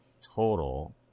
total